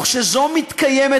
וכשזו מתקיימת,